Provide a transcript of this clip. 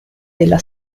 della